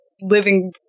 living